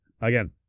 again